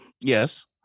Yes